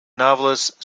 novelist